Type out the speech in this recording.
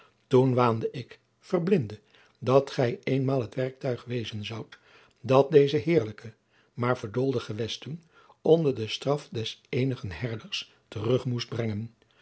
toen waande ik verblinde dat gij eenmaal het werktuig wezen zoudt dat deze heerlijke maar verdoolde gewesten onder den staf des eenigen herders terug moest brengen